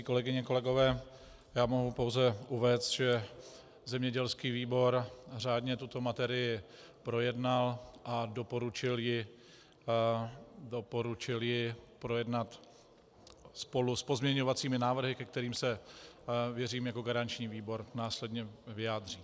Kolegyně, kolegové, já mohu pouze uvést, že zemědělský výbor řádně tuto materii projednal a doporučil ji projednat spolu s pozměňovacími návrhy, ke kterým se, věřím, jako garanční výbor následně vyjádří.